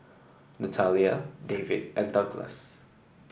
Natalia David and Douglass